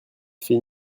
fait